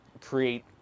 create